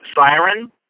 siren